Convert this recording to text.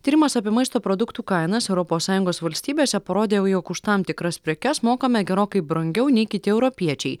tyrimas apie maisto produktų kainas europos sąjungos valstybėse parodė jog už tam tikras prekes mokame gerokai brangiau nei kiti europiečiai